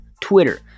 Twitter